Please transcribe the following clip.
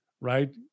right